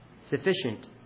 Sufficient